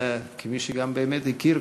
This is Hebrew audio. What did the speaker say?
כמי שגם באמת הכיר,